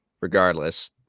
regardless